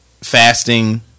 fasting